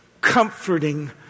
comforting